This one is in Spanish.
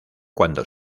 cuando